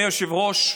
אדוני היושב-ראש,